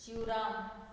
Shivram